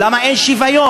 למה אין שוויון?